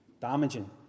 damaging